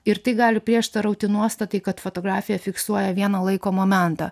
ir tai gali prieštarauti nuostatai kad fotografija fiksuoja vieną laiko momentą